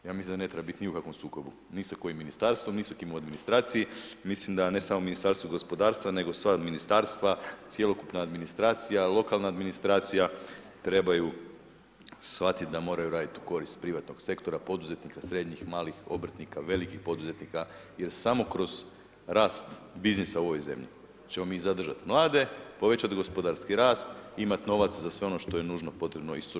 Ja ne mislim da ne treba biti ni u kakvom sukobu, ni sa kojim ministarstvom ni sa kim u administraciji, mislim da ne samo Ministarstvo gospodarstva, nego sva ministarstva, cjelokupna administracija, lokalna administracija, trebaju shvatiti da moraju raditi u korist privatnog sektora, poduzetnika, srednjih, malih obrtnika, velikih poduzetnika jer samo kroz rast biznisa u ovoj zemlji ćemo mi zadržati mlade, povećavati gospodarski rast i imati novaca za sve ono što je nužno i potrebno isto.